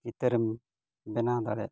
ᱪᱤᱛᱟᱹᱨᱮᱢ ᱵᱮᱱᱟᱣ ᱫᱟᱲᱮᱭᱟᱜᱼᱟ